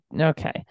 Okay